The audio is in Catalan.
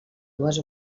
dues